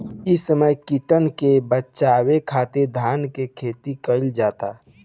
इ समय कीटन के बाचावे खातिर धान खेती कईल जाता